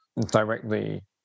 directly